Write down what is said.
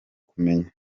kumenya